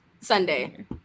Sunday